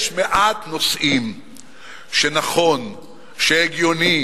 יש מעט נושאים שנכון והגיוני.